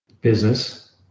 business